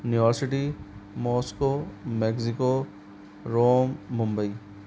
new York City Moscow Mexico Rome Mumbai